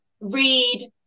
read